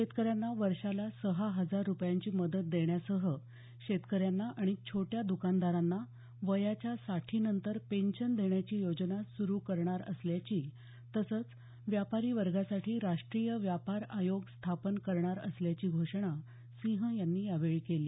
शेतकऱ्यांना वर्षाला सहा हजार रुपयांची मदत देण्यासह शेतकऱ्यांना आणि छोट्या द्कानदारांना वयाच्या साठीनंतर पेन्शन देण्याची योजना सुरू करणार असल्याची तसंच व्यापारी वर्गासाठी राष्ट्रीय व्यापार आयोग स्थापन करणार असल्याची घोषणा सिंह यांनी यावेळी केली